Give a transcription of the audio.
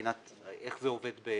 איך זה עובד בחיפה?